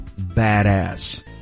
badass